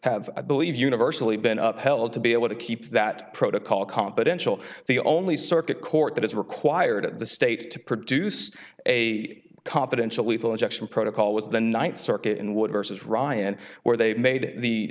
have i believe universally been up held to be able to keep that protocol confidential the only circuit court that is required the state to produce a confidential lethal injection protocol was the ninth circuit in what versus ryan where they made the